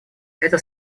это